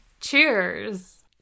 Cheers